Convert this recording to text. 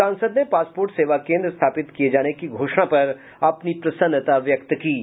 सांसद ने पासपोर्ट सेवा केंद्र स्थापित किये जाने की घोषणा पर अपनी प्रसन्नता व्यक्त की है